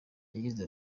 yagize